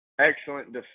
Excellent